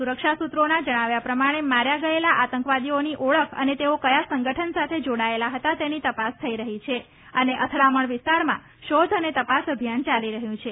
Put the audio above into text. સુરક્ષા સૂત્રોના જણાવ્યા પ્રમાણે માર્યા ગયેલા આતંકવાદીઓની ઓળખ અને તેઓ કર્યાં સંગઠન સાથે જાડાયેલા હતા તેની તપાસ થઇ રહી છે અને અથડામણ વિસ્તારમાં શોધ અને તપાસ અભિયાન યાલી રહ્યું છે